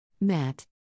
Matt